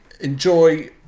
enjoy